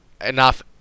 Enough